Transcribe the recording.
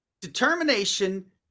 determination